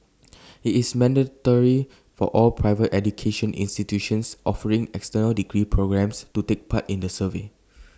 IT is mandatory for all private education institutions offering external degree programmes to take part in the survey